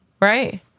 Right